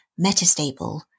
metastable